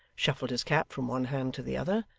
shuffled his cap from one hand to the other,